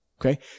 Okay